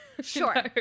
sure